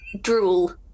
drool